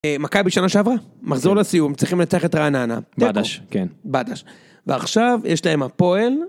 מכבי שנה שעברה מחזור לסיום צריכים לצלח את רעננה בדש כן בדש ועכשיו יש להם הפועל.